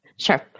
Sure